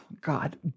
God